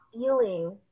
feeling